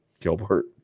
Gilbert